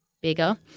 bigger